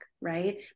right